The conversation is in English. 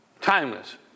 timeless